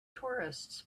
tourists